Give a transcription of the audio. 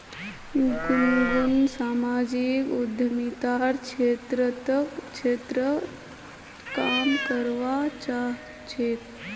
गुनगुन सामाजिक उद्यमितार क्षेत्रत काम करवा चाह छेक